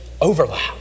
overlap